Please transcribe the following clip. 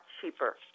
cheaper